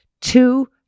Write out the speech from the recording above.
two